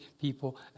people